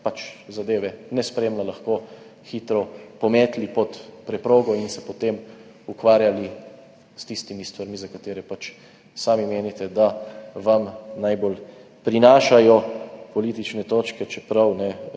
zadeve ne spremlja, lahko hitro pometli pod preprogo in se potem ukvarjali s tistimi stvarmi, za katere sami menite, da vam najbolj prinašajo politične točke, čeprav